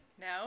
No